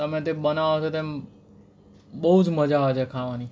તમે તે બનાવો છો તેમ બહુ જ મજા આવે છે ખાવાની